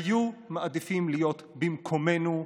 היו מעדיפים להיות במקומנו,